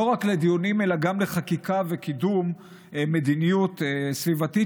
לא רק לדיונים אלא גם לחקיקה ולקידום מדיניות סביבתית